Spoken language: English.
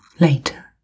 later